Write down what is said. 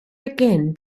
again